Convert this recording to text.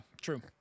true